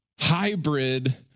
Hybrid